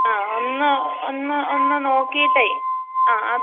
ആ ഒന്ന് ഒന്ന് ഒന്ന് നോക്കിയിട്ടേ ആ അത്